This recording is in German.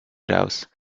raus